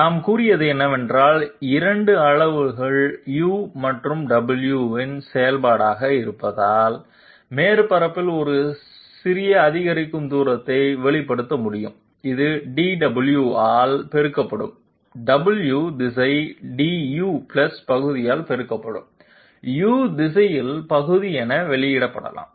நாம் கூறியது என்னவென்றால் 2 அளவுருக்கள் u மற்றும் w இன் செயல்பாடாக இருப்பதால் மேற்பரப்பில் ஒரு சிறிய அதிகரிக்கும் தூரத்தை வெளிப்படுத்த முடியும் இது dw ஆல் பெருக்கப்படும் w திசையில் du பகுதியால் பெருக்கப்படும் u திசையில் பகுதி என வெளிப்படுத்தப்படலாம்